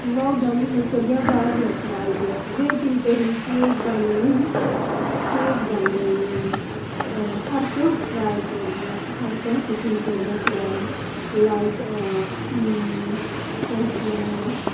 lock ڈاوُنَس منٛز کٔر مےٚ واریاہ ٹراے یہِ بیکِنٛگ کٔرم کیک بَنٲیِم کیک بَنٲیِم ہَر کانٛہہ ٹرٛاے کٔر مےٚ ہَر کانٛہہ کُکِنٛگ کٔر مےٚ ٹرٛاے لایِک کیٛاہ چھِ وَنان اَتھ